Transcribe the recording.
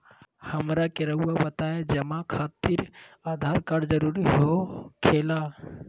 हमरा के रहुआ बताएं जमा खातिर आधार कार्ड जरूरी हो खेला?